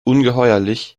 ungeheuerlich